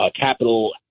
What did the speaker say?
capital